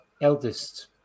eldest